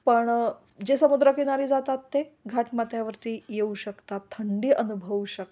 पण जे समुद्रकिनारी जातात ते घाटमाथ्यावरती येऊ शकतात थंडी अनुभवू शकतात